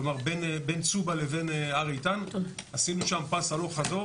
כלומר בין צובה לבין הר איתן עשינו שם פס הלוך-חזור